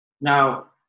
Now